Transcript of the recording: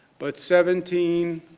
but, seventeen,